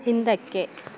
ಹಿಂದಕ್ಕೆ